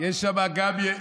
יש שם בממשלה,